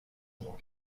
pendant